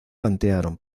plantearon